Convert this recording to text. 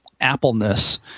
Appleness